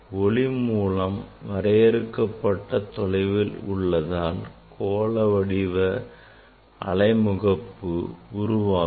ஒளி மூலம் வரையறுக்கப்பட்ட தொலைவில் உள்ளதால் கோள வடிவ அலைமுகப்பு உருவாகும்